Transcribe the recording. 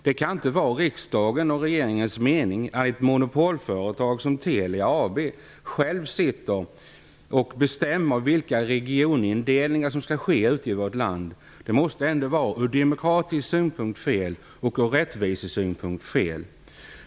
Det kan inte vara riksdagens och regeringens mening att man på ett monopolföretag som Telia AB själv skall sitta och bestämma vilka regionindelningar som skall ske ute i vårt land. Det måste ändå vara fel ur demokratisk synpunkt och ur rättvisesynpunkt.